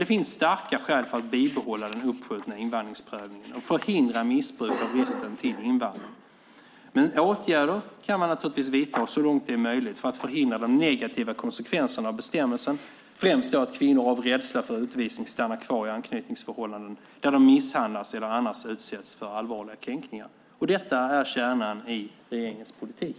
Det finns dock starka skäl för att bibehålla den uppskjutna invandringsprövningen och förhindra missbruk av rätten till invandring. Åtgärder kan man naturligtvis vidta så långt det är möjligt för att förhindra de negativa konsekvenserna av bestämmelsen, främst att kvinnor av rädsla för utvisning stannar kvar i anknytningsförhållanden där de misshandlas eller annars utsätts för allvarliga kränkningar. Detta är kärnan i regeringens politik.